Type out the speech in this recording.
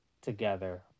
together